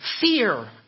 fear